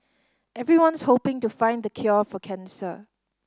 everyone's hoping to find the cure for cancer